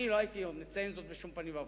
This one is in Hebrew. אני לא הייתי מציין זאת בשום פנים ואופן,